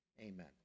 amen